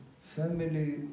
family